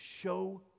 show